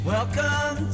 Welcome